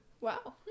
Wow